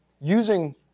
using